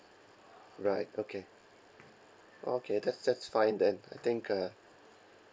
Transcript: right okay okay that's that's fine then I think uh